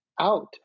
out